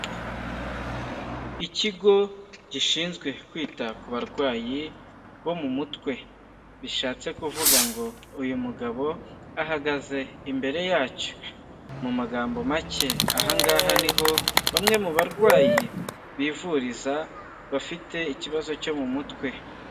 Ikigo gishinzwe kwita ku barwayi bo mu mutwe, bishatse kuvuga ngo uyu mugabo ahagaze imbere yacyo, mu magambo make aha ngaha niho bamwe mu barwayi bivuriza, bafite ikibazo cyo mu mutwe.